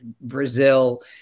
Brazil